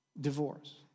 divorce